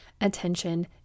attention